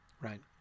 right